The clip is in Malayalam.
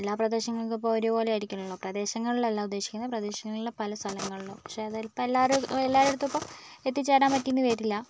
എല്ലാ പ്രദേശങ്ങൾക്ക് ഇപ്പോൾ ഒരുപോലെ ആയിരിക്കില്ലല്ലോ പ്രദേശങ്ങളിലല്ല ഉദ്ദേശിക്കുന്നത് പ്രദേശങ്ങളിലെ പല സ്ഥലങ്ങളിലും പക്ഷേ എല്ലാരി എല്ലാവരുടെ അടുത്തും ഇപ്പം എത്തിച്ചേരാൻ പറ്റി എന്ന് വരില്ല